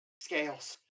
Scales